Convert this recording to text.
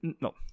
No